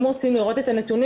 אם רוצים נתונים,